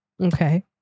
Okay